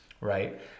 Right